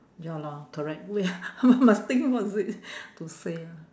ya lor correct wait ah I must think what is it to say ah